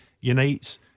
Unites